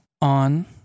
On